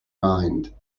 mind